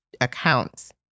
accounts